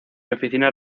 oficinas